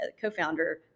co-founder